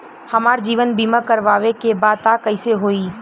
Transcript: हमार जीवन बीमा करवावे के बा त कैसे होई?